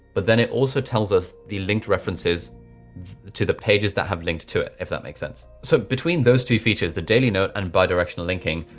but then it also tells us the linked references to the pages that have linked to it. if i that makes sense. so between those two features the daily note and bi-directional linking,